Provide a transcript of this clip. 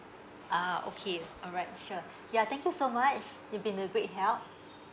ah okay all right sure ya thank you so much you've been a great help